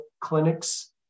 clinics